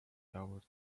toward